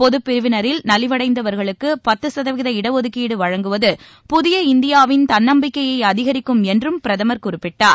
பொதுப் பிரிவினரில் நலிவடைந்தவர்களுக்கு பத்து சதவீத இட ஒதுக்கீடு வழங்குவது புதிய இந்தியாவின் தன்னம்பிக்கையை அதிகரிக்கும் என்றும் பிரதமர் குறிப்பிட்டார்